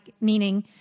meaning